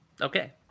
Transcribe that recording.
Okay